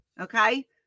Okay